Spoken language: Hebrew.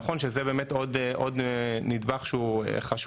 נכון שזה באמת עוד נדבך שהוא חשוב,